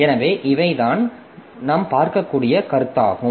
எனவே இவைகள் தான் நாம் பார்க்கக்கூடிய கருத்துக்களாகும்